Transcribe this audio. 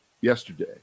yesterday